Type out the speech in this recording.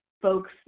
folks